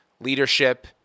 leadership